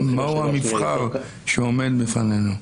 מהו המבחר שעומד בפנינו?